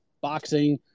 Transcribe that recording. boxing